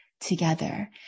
together